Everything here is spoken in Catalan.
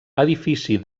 edifici